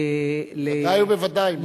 בוודאי ובוודאי.